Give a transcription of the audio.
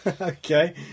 Okay